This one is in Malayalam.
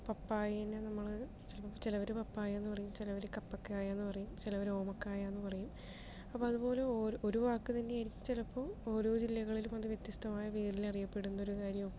പപ്പായേനെ നമ്മൾ ചിലർ പപ്പായ എന്ന് പറയും ചിലർ കപ്പക്കായെന്ന് പറയും ചിലർ ഓമക്കായ എന്ന് പറയും അപ്പോൾ അതുപോലെ ഒരു വാക്ക് തന്നെയായിരിക്കും ചിലപ്പോൾ ഓരോ ജില്ലകളിലും അത് വ്യത്യസ്തമായ പേരിൽ അറിയപ്പെടുന്നൊരു കാര്യവും